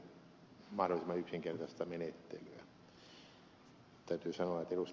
täytyy sanoa että ed